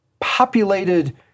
populated